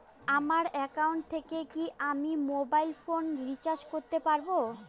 আমার একাউন্ট থেকে কি আমি মোবাইল ফোন রিসার্চ করতে পারবো?